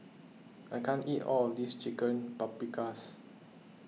I can't eat all of this Chicken Paprikas